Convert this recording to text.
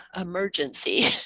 emergency